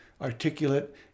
articulate